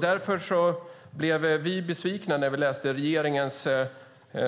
Därför blev vi besvikna när vi läste regeringens